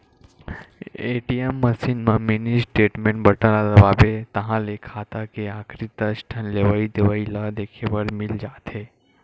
ATM machine म mini statement button ल दबाबे ताहाँले खाता के आखरी दस ठन लेवइ देवइ ल देखे बर मिल जाथे